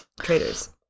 Traitors